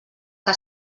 que